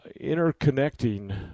interconnecting